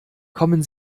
kommen